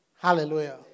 Hallelujah